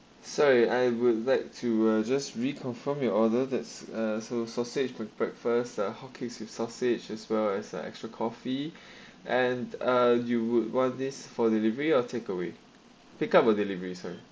sorry I would like to uh just reconfirm your order that's uh so sausage mac breakfast uh hotcakes with sausage as well as uh extra coffee and uh you would want this for delivery or takeaway pick up or delivery sorry